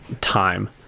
time